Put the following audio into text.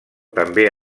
també